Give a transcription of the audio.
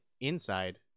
Inside